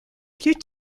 plus